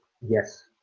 yes